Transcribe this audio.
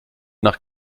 nach